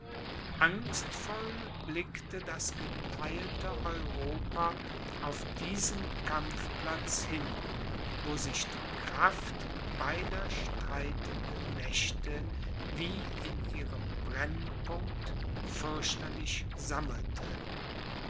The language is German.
angstvoll blickte das getheilte europa auf diesen kampfplatz hin wo sich die kraft beider streitenden mächte wie in ihrem brennpunkt fürchterlich sammelte